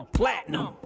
platinum